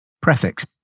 prefix